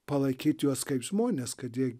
palaikyt juos kaip žmones kad jie